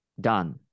Done